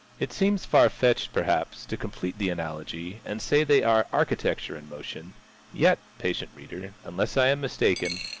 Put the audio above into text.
it seems far-fetched, perhaps, to complete the analogy and say they are architecture-in-motion yet, patient reader, unless i am mistaken,